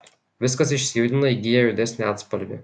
viskas išsijudina įgyja juodesnį atspalvį